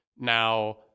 Now